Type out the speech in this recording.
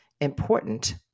important